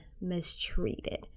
mistreated